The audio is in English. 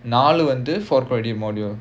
நாலு வந்து:naalu vanthu four credit module